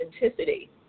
authenticity